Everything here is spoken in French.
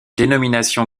dénomination